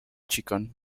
chicken